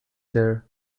there